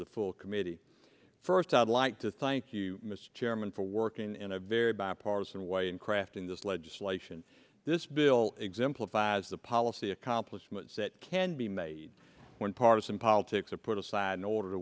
the full committee first i'd like to thank you mr chairman for working in a very bipartisan way in crafting this legislation this bill exemplifies the policy accomplishments that can be made when partisan politics are put aside in order to